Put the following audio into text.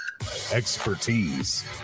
expertise